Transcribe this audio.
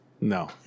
No